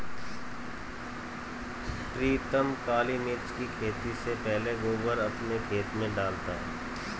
प्रीतम काली मिर्च की खेती से पहले गोबर अपने खेत में डालता है